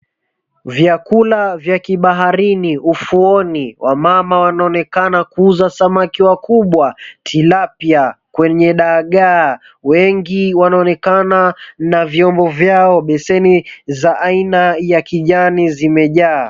Vyakula vya kibaharini ufuoni wamama wanaonekana kuuza samaki wakubwa, tilapia kwenye dagaa. Wengi wanaonekana na vyombo vyao, beseni za aina ya kijani zimejaa.